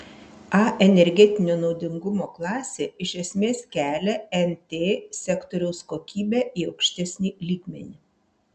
a energetinio naudingumo klasė iš esmės kelia nt sektoriaus kokybę į aukštesnį lygmenį